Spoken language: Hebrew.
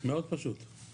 מאוד פשוט.